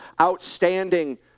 outstanding